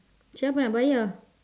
siapa nak bayar